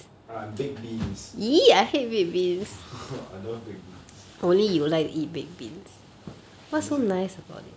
ah baked beans I love baked beans